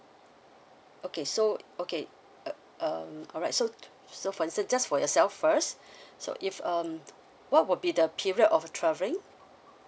okay so okay uh um alright so so for instance just for yourself first so if um what will be the period of travelling